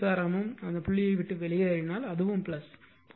இரு மின்சாரமும் அந்த புள்ளியை விட்டு வெளியேறினால் அதுவும் இருக்கும்